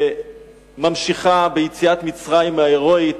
וממשיכה ביציאת מצרים ההירואית,